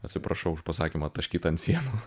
atsiprašau už pasakymą taškyt ant sienų